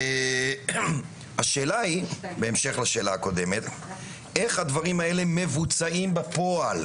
השאלה היא איך הדברים האלה מבוצעים בפועל?